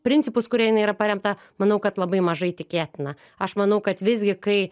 principus kurie jinai yra paremta manau kad labai mažai tikėtina aš manau kad visgi kai